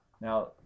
Now